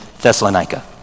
Thessalonica